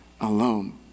alone